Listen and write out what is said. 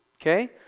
Okay